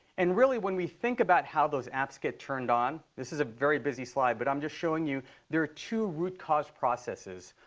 and, really, when we think about how those apps get turned on this is a very busy slide. but i'm just showing you there are two root cause processes.